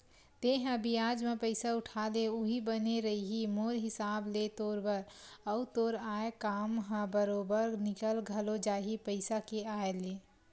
तेंहा बियाज म पइसा उठा ले उहीं बने रइही मोर हिसाब ले तोर बर, अउ तोर आय काम ह बरोबर निकल घलो जाही पइसा के आय ले